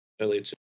earlier